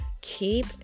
keep